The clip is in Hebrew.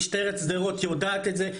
משטרת שדרות יודעת את זה.